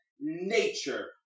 Nature